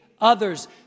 others